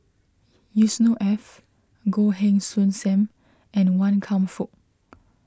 Yusnor Ef Goh Heng Soon Sam and Wan Kam Fook